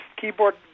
keyboard